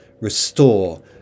restore